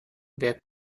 wer